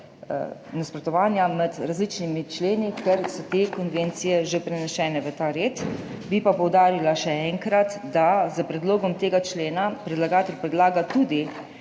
nasprotovanja med različnimi členi, ker so te konvencije že prenesene v ta red. Bi pa poudarila še enkrat, da s predlogom tega člena predlagatelj predlaga tudi,